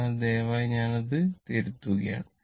അതിനാൽ ദയവായി ഞാൻ അത് തിരുത്തുകയാണ്